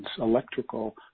electrical